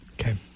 Okay